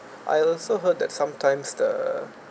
I also heard that sometimes the